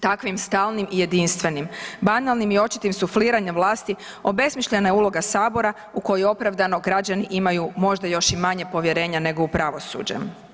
Takvim stalnim i jedinstvenim, banalnim i očitim sufliranjem vlasti obesmišljena je uloga sabora u koju opravdano građani imaju možda još i manje povjerenja nego u pravosuđe.